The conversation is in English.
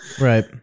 Right